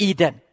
Eden